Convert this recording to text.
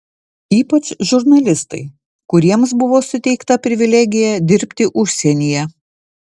ypač žurnalistai kuriems buvo suteikta privilegija dirbti užsienyje